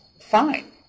fine